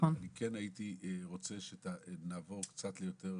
ואני כן הייתי רוצה שנעבור לקצת יותר מעשים.